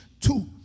two